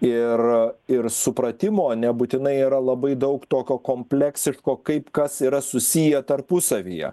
ir ir supratimo nebūtinai yra labai daug tokio kompleksiško kaip kas yra susiję tarpusavyje